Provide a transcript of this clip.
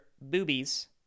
boobies